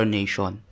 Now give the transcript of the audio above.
nation